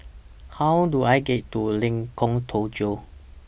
How Do I get to Lengkong Tujuh